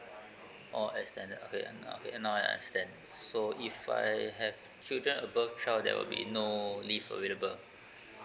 oh extended okay now okay now I understand so if I have children above twelve there will be no leave available